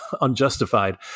unjustified